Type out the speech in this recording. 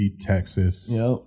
Texas